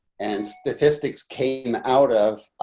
and statistics came out of,